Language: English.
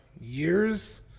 years